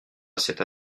cette